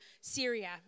Syria